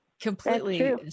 completely